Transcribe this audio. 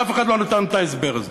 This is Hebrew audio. אף אחד לא נתן את ההסבר הזה.